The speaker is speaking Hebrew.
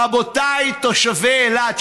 רבותיי תושבי אילת,